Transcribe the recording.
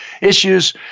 issues